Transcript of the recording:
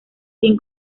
sin